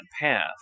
path